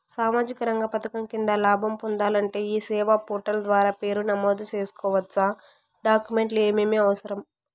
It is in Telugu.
సామాజిక రంగ పథకం కింద లాభం పొందాలంటే ఈ సేవా పోర్టల్ ద్వారా పేరు నమోదు సేసుకోవచ్చా? డాక్యుమెంట్లు ఏమేమి అవసరం?